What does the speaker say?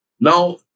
Now